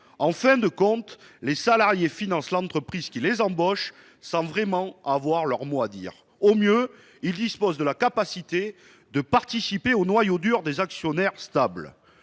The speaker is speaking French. En fin de compte, les salariés financent l'entreprise qui les emploie sans vraiment avoir leur mot à dire ; au mieux, ils ont la possibilité de participer au noyau dur des actionnaires stables.